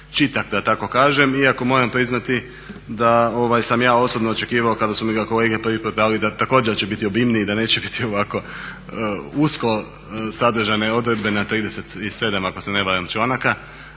čitak da tako kažem, iako moram priznati da sam ja osobno očekivao kada su mi ga kolege prvi put dali da također da će biti obimniji, da neće biti ovako usko sadržane odredbe na 37 ako se ne varam članaka.